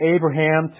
Abraham